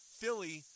Philly